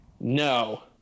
No